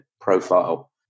profile